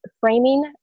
framing